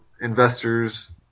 investors